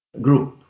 group